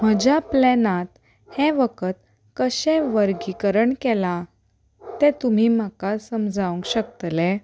म्हज्या प्लॅनांत हें वखद कशें वर्गीकरण केलां तें तुमी म्हाका समजावंक शकतले